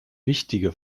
wichtige